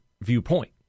viewpoint